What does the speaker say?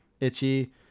Itchy